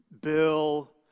Bill